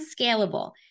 scalable